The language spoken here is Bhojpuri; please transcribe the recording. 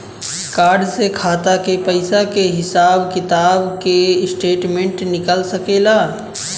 कार्ड से खाता के पइसा के हिसाब किताब के स्टेटमेंट निकल सकेलऽ?